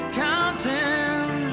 counting